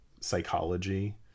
psychology